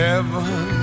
Heaven